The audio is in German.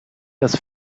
das